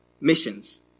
missions